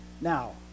Now